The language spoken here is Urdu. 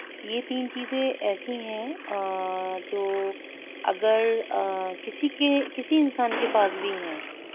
یہ تین چیزیں ایسی ہیں جو اگر کسی کے کسی انسان کے پاس بھی ہے